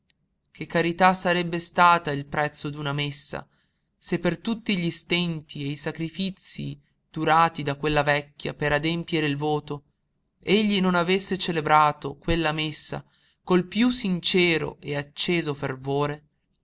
che carità sarebbe stata il prezzo d'una messa se per tutti gli stenti e i sacrifizii durati da quella vecchia per adempiere il voto egli non avesse celebrato quella messa col piú sincero e acceso fervore